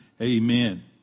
Amen